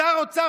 שר אוצר,